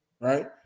Right